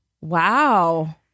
Wow